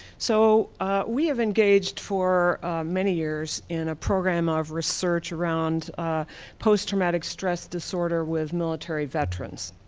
so we have engaged for many years in a program of research around post-traumatic stress disorder with military veterans.